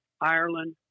Ireland